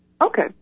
Okay